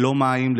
ללא מים,